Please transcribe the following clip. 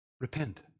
Repent